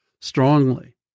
strongly